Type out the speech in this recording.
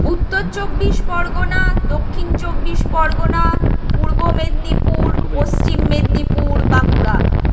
উত্তর চব্বিশ পরগণা দক্ষিণ চব্বিশ পরগণা পূর্ব মেদিনীপুর পশ্চিম মেদিনীপুর বাঁকুড়া